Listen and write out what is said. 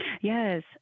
Yes